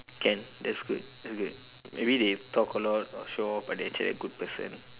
can that's good that's good maybe they talk a lot or show off but they actually a good person